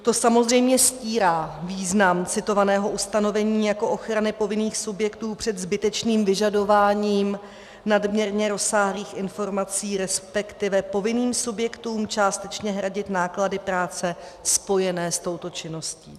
To samozřejmě stírá význam citovaného ustanovení jako ochrany povinných subjektů před zbytečným vyžadováním nadměrně rozsáhlých informací, resp. povinným subjektům částečně hradit náklady práce spojené s touto činností.